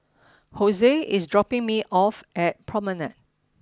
Jose is dropping me off at Promenade